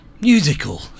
musical